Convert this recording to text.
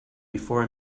before